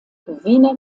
wiener